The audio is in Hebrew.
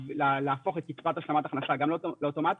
להפוך את קצבת השלמת הכנסה גם לאוטומטית,